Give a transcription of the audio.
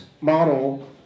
model